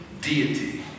deity